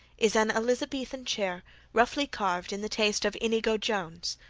is an elizabethan chair roughly carved in the taste of inigo jones.